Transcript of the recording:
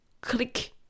click